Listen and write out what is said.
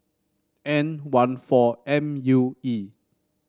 N one four M U E